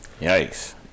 Yikes